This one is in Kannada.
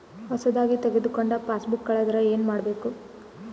ಹೊಸದಾಗಿ ತೆಗೆದುಕೊಂಡ ಪಾಸ್ಬುಕ್ ಕಳೆದರೆ ಏನು ಮಾಡೋದು?